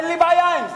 אין לי בעיה עם זה.